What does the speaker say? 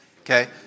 Okay